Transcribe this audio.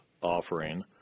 offering